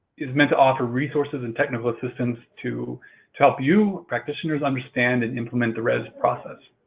is meant to offer resources and technical assistance to to help you practitioners understand and implement the rez process.